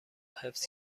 حفظ